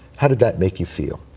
how did that make you feel?